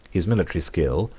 his military skill,